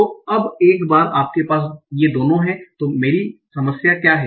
तो अब एक बार हमारे पास ये दोनो हैं तो मेरी समस्या क्या है